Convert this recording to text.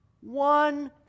One